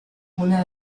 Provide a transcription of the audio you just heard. una